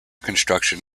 construction